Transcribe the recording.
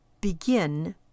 Begin